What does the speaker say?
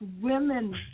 women